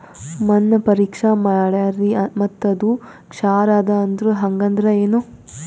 ಮಣ್ಣ ಪರೀಕ್ಷಾ ಮಾಡ್ಯಾರ್ರಿ ಮತ್ತ ಅದು ಕ್ಷಾರ ಅದ ಅಂದ್ರು, ಹಂಗದ್ರ ಏನು?